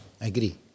agree